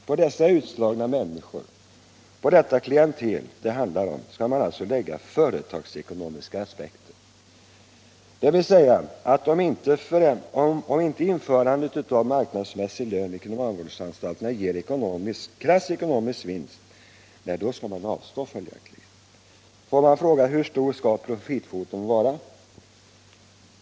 På dessa utslagna människor, på detta klientel, skall man alltså lägga företagsekonomiska aspekter. Om inte införandet av marknadsmässig lön vid kriminalvårdsanstalterna ger krass ekonomisk vinst skall man följaktligen avstå. Låt mig fråga: Hur stor skall profitkvoten vara?